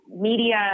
media